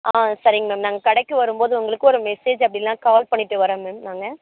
ஆ சரிங்க மேம் நாங்கள் கடைக்கு வரும் போது உங்களுக்கு ஒரு மெஸேஜ் அப்படி இல்லைனா கால் பண்ணிட்டு வர்றோம் மேம் நாங்கள்